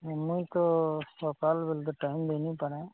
ମୁଇଁ ତ ସକାଳ ବେଳା ତ ଟାଇମ୍ ଦେଇ ନାଇଁ ପାରେ